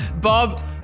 Bob